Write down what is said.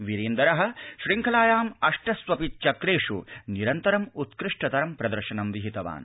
विरेन्दर शृंखलाया अष्टस्वपि चक्रेष् निरन्तरम् उत्कृष्टतरं प्रदर्शनं विहितवान्